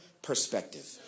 perspective